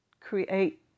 create